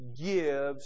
gives